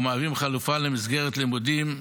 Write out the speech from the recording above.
ומהווים חלופה למסגרת הלימודים.